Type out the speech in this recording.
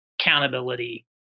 accountability